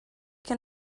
can